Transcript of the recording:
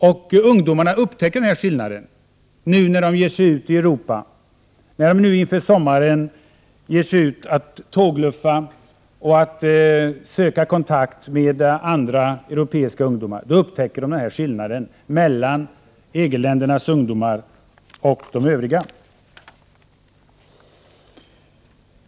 Nu, när ungdomarna inför sommaren ger sig ut i Europa för att tågluffa och söka kontakt med andra europeiska ungdomar, upptäcker de den här skillnaden mellan EG-ländernas ungdomar och övriga.